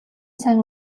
сайн